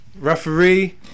Referee